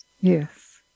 Yes